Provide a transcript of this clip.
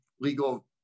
legal